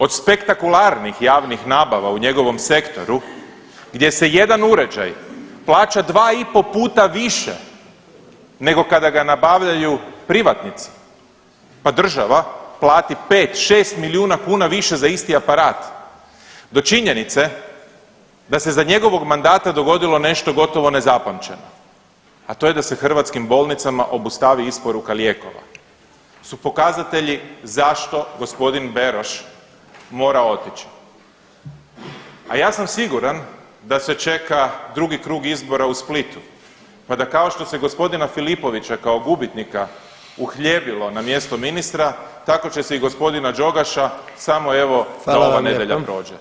Od spektakularnih javnih nabava u njegovom sektoru gdje se jedan uređaj plaća 2 i po puta više nego kada ga nabavljaju privatnici, pa država plati 5-6 milijuna kuna više za isti aparat do činjenice da se za njegovog mandata dogodilo nešto gotovo nezapamćeno, a to je da se hrvatskim bolnicama obustavi isporuka lijekova, su pokazatelji zašto g. Beroš mora otići, a ja sam siguran da se čeka drugi krug izbora u Splitu, pa da kao što se g. Filipovića kao gubitnika uhljebilo na mjesto ministra, tako će se i g. Đogaša samo evo da ova nedjelja prođe, hvala.